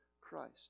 Christ